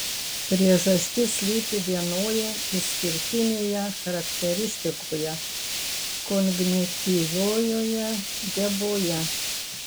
priežastis slypi vienoje išskirtinėje charakteristikoje kognityviojoje geboje